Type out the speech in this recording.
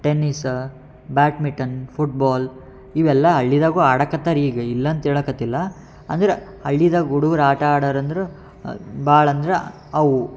tennis badminton football ಇವೆಲ್ಲ ಹಳ್ಳಿದಾಗೂ ಆಡಕತ್ತಾರೆ ಈಗ ಇಲ್ಲ ಅಂತ ಹೇಳಕತ್ತಿಲ್ಲ ಅಂದ್ರೆ ಹಳ್ಳಿದಾಗ್ ಹುಡುಗ್ರ್ ಆಟ ಆಡೋರ್ ಅಂದ್ರೆ ಭಾಳ ಅಂದ್ರೆ ಅವು